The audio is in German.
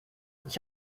ich